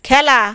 খেলা